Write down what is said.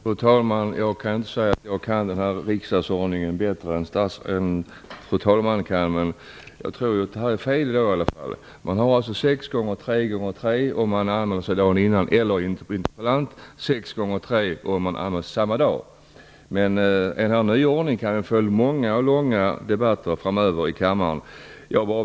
Fru talman! Jag skall inte säga att jag kan riksdagsordningen bättre än fru talmannen, men jag tror att det här är fel. Man har alltså 6+3+3 minuter om man anmäler sig dagen innan och 6+3 minuter om man anmäler sig samma dag. Med denna nyordning kan vi få många och långa debatter i kammaren framöver.